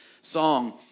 song